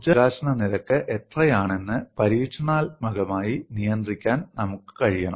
ഊർജ്ജ പ്രകാശന നിരക്ക് എത്രയാണെന്ന് പരീക്ഷണാത്മകമായി നിയന്ത്രിക്കാൻ നമുക്ക് കഴിയണം